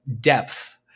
depth